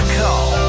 call